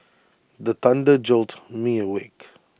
the thunder jolt me awake